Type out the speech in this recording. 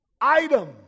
item